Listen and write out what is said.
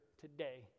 today